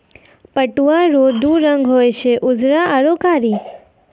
पटुआ रो दू रंग हुवे छै उजरा आरू कारी